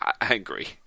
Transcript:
angry